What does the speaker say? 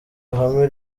ihame